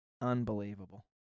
Unbelievable